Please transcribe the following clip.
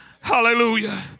Hallelujah